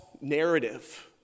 narrative